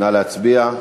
נא להצביע.